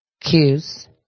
cues